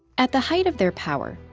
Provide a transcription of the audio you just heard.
at the height of their power,